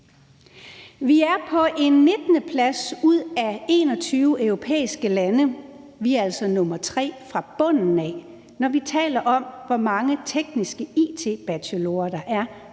Vi er på en 19. plads ud af 21 europæiske lande – vi er altså nr. 3 fra bunden af – når vi taler om, hvor mange tekniske it-bachelorer, der er